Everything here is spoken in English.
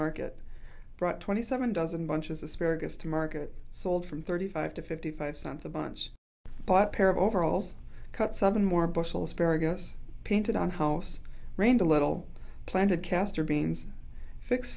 market brought twenty seven dozen bunches asparagus to market sold from thirty five to fifty five cents a bunch but pair of overalls cut some more bustle asparagus painted on house rained a little planted castor beans fix